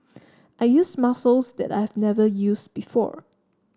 I use muscles that I've never use before